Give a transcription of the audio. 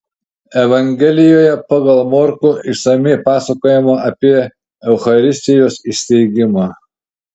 evangelijoje pagal morkų išsamiai pasakojama apie eucharistijos įsteigimą